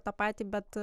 tą patį bet